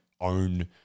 own